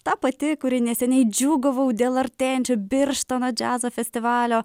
ta pati kuri neseniai džiūgavau dėl artėjančio birštono džiazo festivalio